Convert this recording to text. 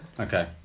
Okay